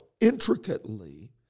intricately